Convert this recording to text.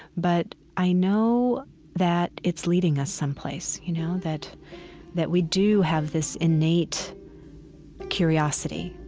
but i know that it's leading us someplace, you know that that we do have this innate curiosity,